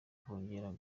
kongera